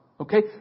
Okay